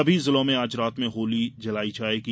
सभी जिलों में आज रात में होली जलाई जायेगी